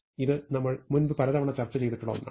ഇത് നമ്മൾ മുൻപ് പലതവണ ചർച്ച ചെയ്തിട്ടുള്ള ഒന്നാണ്